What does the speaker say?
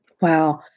Wow